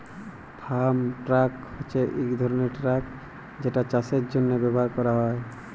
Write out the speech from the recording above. farm truck হছে ইক ধরলের ট্রাক যেটা চাষের জ্যনহে ব্যাভার ক্যরা হ্যয়